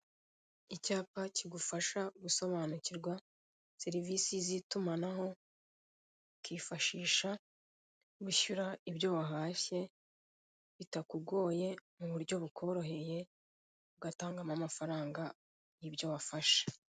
Icyapa kigufasha gusobanukirwa serivise z'itumanaho ukifashisha wishyura ibyo wahashye bitakugoye mu buryo bukoroheye ugatangamo amafaranga y'ibyo wafashe.